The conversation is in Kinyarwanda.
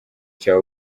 cya